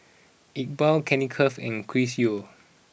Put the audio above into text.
Iqbal Kenneth Keng and Chris Yeo